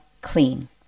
clean